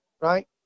right